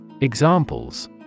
Examples